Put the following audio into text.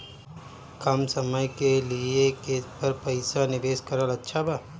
कम समय के लिए केस पर पईसा निवेश करल अच्छा बा?